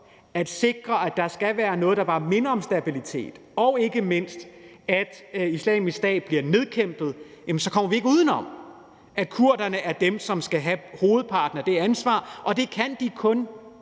at sikre, at der skal være noget, der bare minder om stabilitet, og ikke mindst, at Islamisk Stat bliver nedkæmpet, så kommer vi ikke udenom, at kurderne er dem, som skal have hovedparten af det ansvar, og det kan de kun,